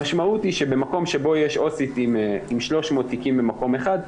המשמעות היא שבמקום שיש בו עו"סית עם 300 תיקים במקום אחד,